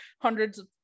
hundreds